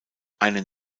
einen